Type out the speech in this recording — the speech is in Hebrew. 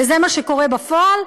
וזה מה שקורה בפועל?